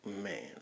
Man